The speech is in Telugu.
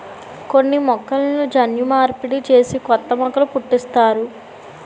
కొన్ని మొక్కలను జన్యు మార్పిడి చేసి కొత్త మొక్కలు పుట్టిస్తారు